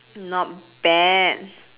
not bad